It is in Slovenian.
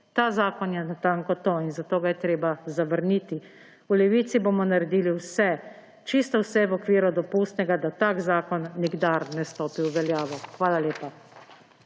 Ta zakon je natanko to in zato ga je treba zavrniti. V Levici bomo naredili vse, čisto vse, v okviru dopustnega, da tak zakon nikdar ne stopi v veljavo. Hvala lepa.